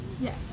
Yes